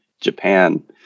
Japan